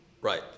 Right